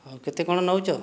ହେଉ କେତେ କଣ ନେଉଛ